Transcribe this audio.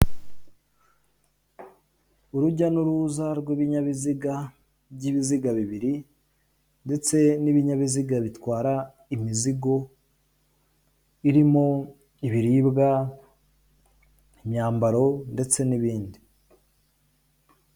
Urujya n'uruza rw'ibinyabiziga by'ibiziga bibiri ndetse n'ibinyabiziga bitwara imizigo irimo ibiribwa, imyambaro ndetse n'ibindi.